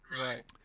Right